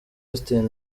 austin